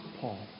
Paul